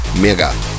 Mega